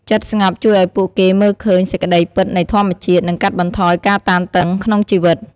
ចិត្តស្ងប់ជួយឱ្យពួកគេមើលឃើញសេចក្តីពិតនៃធម្មជាតិ និងកាត់បន្ថយការតានតឹងក្នុងជីវិត។